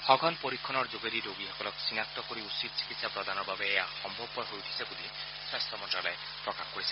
সঘন পৰীক্ষণৰ যোগেদি ৰোগীসকলক চিনাক্ত কৰি উচিত চিকিৎসা প্ৰদানৰ বাবে এয়া সম্ভৱপৰ হৈ উঠিছে বুলি স্বাস্থ্য মন্ত্ৰ্যালয়ে প্ৰকাশ কৰিছে